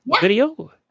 video